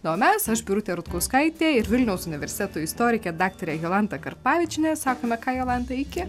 na o mes aš birutė rutkauskaitė ir vilniaus universiteto istorikė daktarė jolanta karpavičienė sakome ką jolanta iki